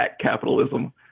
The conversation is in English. capitalism